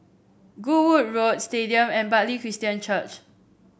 Goodwood Road Stadium and Bartley Christian Church